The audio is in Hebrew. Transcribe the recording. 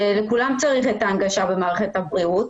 ולכולם צריך הנגשה במערכת הבריאות,